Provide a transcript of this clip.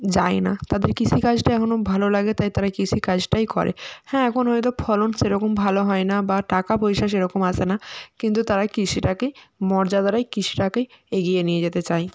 যায় না তাদের কৃষি কাজটা এখনও ভালো লাগে তাই তারা কৃষি কাজটাই করে হ্যাঁ এখন হয়তো ফলন সেরকম ভালো হয় না বা টাকা পয়সা সেরকম আসে না কিন্তু তারা কৃষিটাকেই মর্যাদা দেই কৃষিটাকেই এগিয়ে নিয়ে যেতে চায়